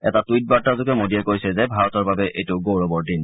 এটা টুইট বাৰ্তাযোগে মোদীয়ে কৈছে যে ভাৰতৰ বাবে এইটো গৌৰৱৰ দিন